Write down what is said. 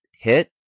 hit